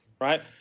right